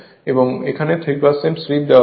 এবং এখানে 3 স্লিপ দেওয়া হয়েছে